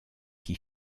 qui